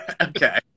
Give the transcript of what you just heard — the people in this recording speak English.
Okay